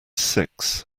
six